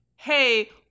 hey